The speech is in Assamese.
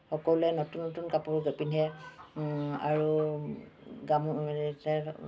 সকলোৱে নতুন নতুন কাপোৰ পিন্ধে আৰু